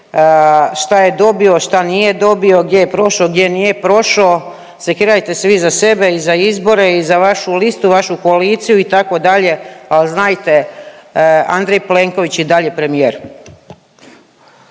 šta je dobio, šta nije dobio, gdje je prošo, gdje nije prošao. Sekirajte se vi za sebe i za izbore i za vašu listu, vašu koaliciju itd. Ali znajte Andrej Plenković i dalje premijer.